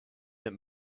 that